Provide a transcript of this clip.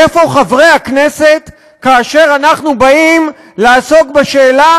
איפה חברי הכנסת כאשר אנחנו באים לעסוק בשאלה